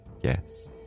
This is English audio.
Yes